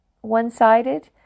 one-sided